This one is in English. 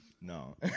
No